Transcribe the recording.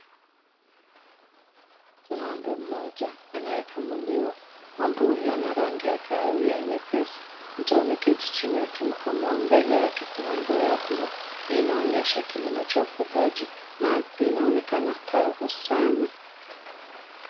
Ng'ombe mmoja anayekamuliwa. Ng'ombe huyo ana rangi ya kahawia nyepesi. Mtu ameketi chini akimkamua mbele yake kuna ndoo ya buluu hii inaonyesha kilimo cha ufugaji na ardhi inaonekana kavu sana.